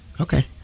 okay